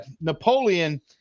Napoleon